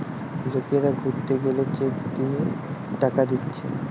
লোকরা ঘুরতে গেলে চেক দিয়ে টাকা দিচ্ছে